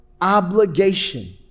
obligation